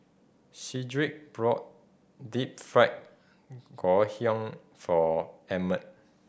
Sedrick brought Deep Fried Ngoh Hiang for Ammon